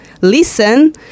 listen